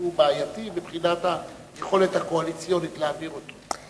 בעייתי מבחינת היכולת הקואליציונית להעביר אותו.